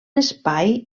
espai